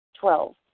Twelve